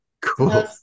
cool